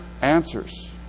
answers